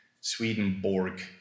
Swedenborg